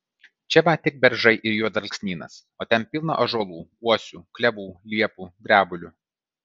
čia va tik beržai ir juodalksnynas o ten pilna ąžuolų uosių klevų liepų drebulių